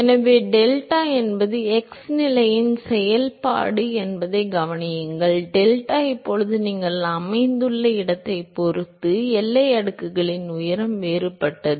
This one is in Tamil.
எனவே டெல்டா என்பது x நிலையின் செயல்பாடு என்பதைக் கவனியுங்கள் டெல்டா இப்போது நீங்கள் அமைந்துள்ள இடத்தைப் பொறுத்து எல்லை அடுக்கின் உயரம் வேறுபட்டது